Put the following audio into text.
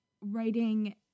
writing